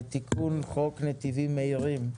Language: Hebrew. תיקון חוק נתיבים מהירים.